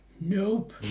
Nope